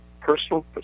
personal